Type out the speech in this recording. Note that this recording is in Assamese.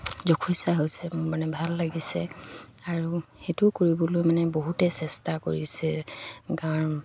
যশস্যা হৈছে মোৰ মানে ভাল লাগিছে আৰু সেইটোও কৰিবলৈ মানে বহুতে চেষ্টা কৰিছে গাঁৱৰ